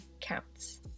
counts